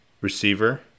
receiver